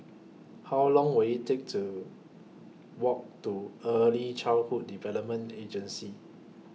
How Long Will IT Take to Walk to Early Childhood Development Agency